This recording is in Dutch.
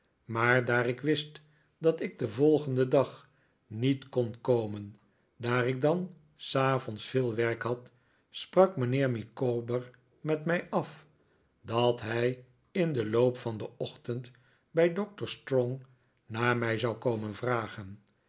maar daar ik wist dat ik den volgenden dag niet kon komen daar ik dan s avonds veel werk had sprak mijnheer micawber met mij af dat hij in den loop van den ochtend bij doctor strong naar mij zou komen vragen